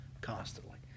constantly